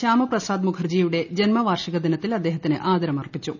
ശ്യാമപ്രസാദ് മുഖർജിയുടെ ജന്മവാർഷിക ദിനത്തിൽ അദ്ദേഹത്തിന് ആദരം അർപ്പിച്ചു